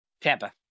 Tampa